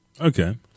Okay